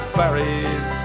buried